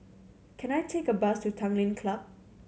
can I take a bus to Tanglin Club